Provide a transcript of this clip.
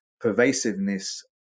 pervasiveness